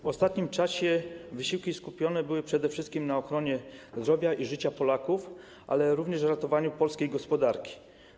W ostatnim czasie wysiłki skupione były przede wszystkim na ochronie zdrowia i życia Polaków, ale również na ratowaniu polskiej gospodarki.